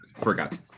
forgot